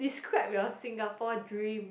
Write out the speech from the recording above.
describe your Singapore dream